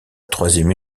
troisième